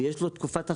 אם יש לו תקופת אכשרה,